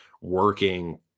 working